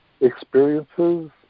experiences